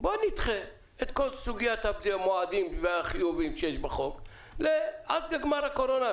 בואו נדחה את כל סוגיית המועדים והחיובים שיש בחוק עד לגמר הקורונה,